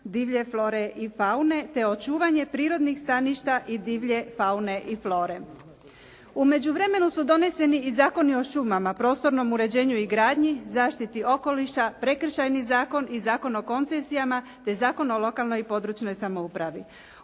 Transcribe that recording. divlje flore i faune te očuvanje prirodnih staništa i divlje faune i flore. U međuvremenu su doneseni i zakoni o šumama, prostornom uređenju i gradnji, zaštiti okoliši, Prekršajni zakon i Zakon o koncesijama te Zakon o lokalnoj i područnoj samoupravi.